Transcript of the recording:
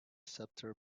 sceptre